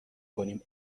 کنیم